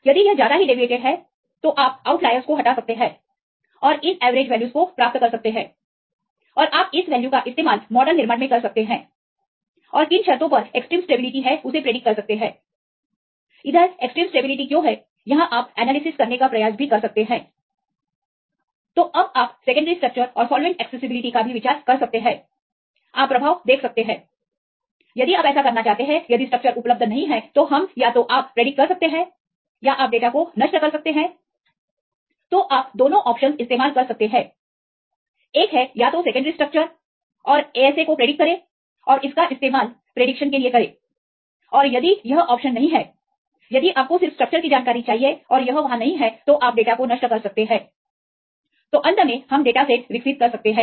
यदि यह ज्यादा ही डेविएटेड है तो आप आउटलायरस को हटा सकते हैं और इन एवरेज वैल्यूज को प्राप्त कर सकते हैं और आप इस वैल्यू का इस्तेमाल मॉडल निर्माण मे कर सकते हैं और किन शर्तों पर एक्सट्रीम स्टेबिलिटी है उसे प्रेडिक्ट कर सकते है इधर एक्सट्रीम स्टेबिलिटी क्यों है यहां आप एनालिसिस करने का प्रयास भी कर सकते हैं तो अब आप सेकेंडरी स्ट्रक्चर और सॉल्वेंट एक्सेसिबिलिटी का भी विचार कर सकते हैं आप प्रभाव देख सकते हैं यदि आप ऐसा करना चाहते हैं यदि स्ट्रक्चर उपलब्ध नहीं है तो हम या तो आप प्रेडिक्ट कर सकते हैं या आप डेटा को नष्ट कर सकते हैं तो आप दोनों ऑप्शनस इस्तेमाल कर सकते हैं एक है या तो सेकेंडरी स्ट्रक्चर और ASA को प्रेडिक्ट करें और इसका इस्तेमाल प्रेडिक्शन के लिए करें और यदि यह ऑप्शन नहीं है यदि आपको सिर्फ स्ट्रक्चर की जानकारी चाहिए और यह वहां नहीं है तो आप डेटा को नष्ट कर सकते हैं तो अंत में हम डेटा सेट विकसित कर सकते हैं